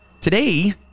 today